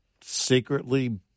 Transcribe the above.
secretly